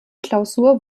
klausur